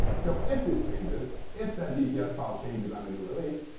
so if this changes, if that dts yeah file changes on a new release,